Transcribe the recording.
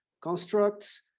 constructs